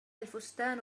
الفستان